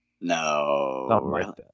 No